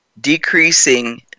decreasing